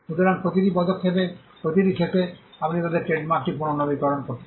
সুতরাং প্রতিটি পদক্ষেপের প্রতিটি শেষে আপনি তাদের ট্রেডমার্কটি পুনর্নবীকরণ করতে